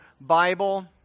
Bible